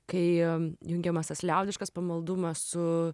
kai jungiamas tas liaudiškas pamaldumas su